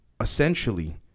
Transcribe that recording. essentially